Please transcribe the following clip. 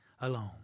alone